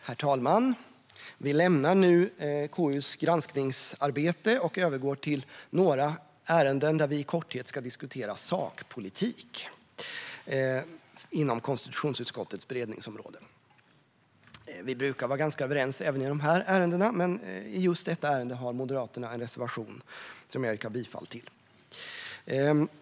Herr talman! Vi lämnar nu KU:s granskningsarbete och övergår till några ärenden där vi i korthet ska diskutera sakpolitik inom konstitutionsutskottets beredningsområde. Vi brukar vara ganska överens även i dessa ärenden, men i just detta ärende har Moderaterna en reservation som jag yrkar bifall till.